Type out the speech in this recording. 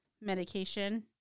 medication